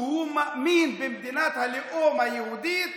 כי הוא מאמין במדינת הלאום היהודית,